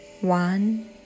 One